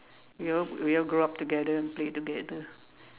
we all we all grow up together and play together